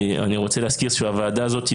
אני רוצה להזכיר שהוועדה הזאת היא